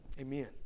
Amen